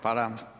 Hvala.